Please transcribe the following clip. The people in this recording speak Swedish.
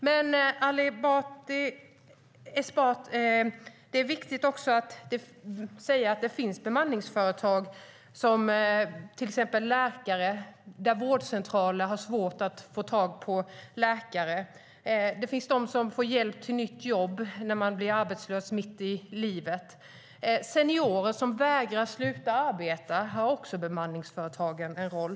Ali Esbati, det är också viktigt att säga att det finns bemanningsföretag med till exempel läkare, som utnyttjas av vårdcentraler som har svårt att få tag på läkare. Det finns de som får hjälp till nytt jobb när de blir arbetslösa mitt i livet. För seniorer som vägrar sluta arbeta har också bemanningsföretagen en roll.